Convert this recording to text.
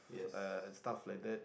and stuff like that